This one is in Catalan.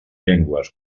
llengües